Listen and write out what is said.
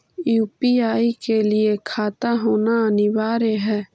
UPI के लिए खाता होना अनिवार्य है?